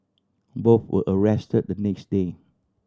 both were arrest the next day